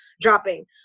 dropping